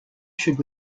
should